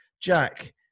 Jack